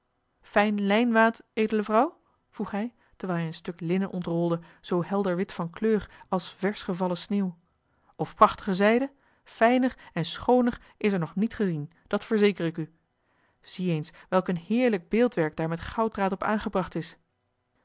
fijn lijnwaad edele vrouw vroeg hij terwijl hij een stuk linnen ontrolde zoo helderwit van kleur als versch gevallen sneeuw of prachtige zijde fijner en schooner is er nog niet gezien dat verzeker ik u zie eens welk een heerlijk beeldwerk daar met gouddraad op aangebracht is